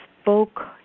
spoke